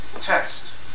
test